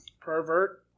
Pervert